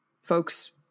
Folks